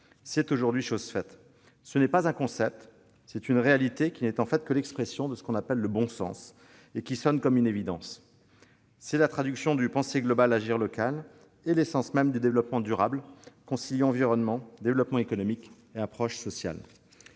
c'est aujourd'hui chose faite. Il s'agit non pas d'un concept, mais d'une réalité, qui n'est en fait que l'expression de ce que l'on appelle le bon sens et qui apparaît comme une évidence. C'est la traduction du principe « penser global, agir local » et l'essence même du développement durable, conciliant respect de l'environnement, développement économique et approche sociale.